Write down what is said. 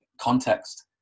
context